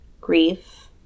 grief